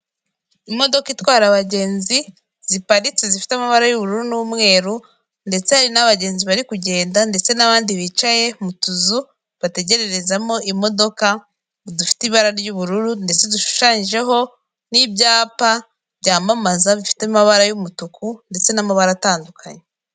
Imodoka itwara abagenzi ziparitse zifite amabara y'ubururu n'umweru, ndetse hari n'abagenzi bari kugenda ndetse n'abandi bicaye mu tuzu bategererezamo imodoka, dufite ibara ry'ubururu ndetse dushushanyijeho n'ibyapa byamamaza bifite amabara y'umutuku, ndetse n'amabara atandukanye.